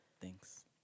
Thanks